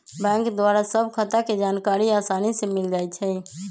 bank द्वारा सभ खता के जानकारी असानी से मिल जाइ छइ